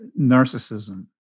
narcissism